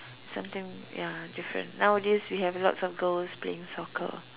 something ya different nowadays we have lots of girls playing soccer